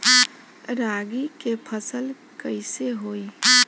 रागी के फसल कईसे होई?